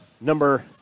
number